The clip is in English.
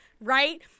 right